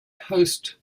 host